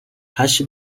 hash